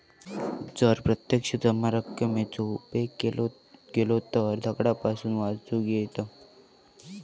जर प्रत्यक्ष जमा रकमेचो उपेग केलो गेलो तर दंडापासून वाचुक येयत